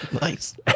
Nice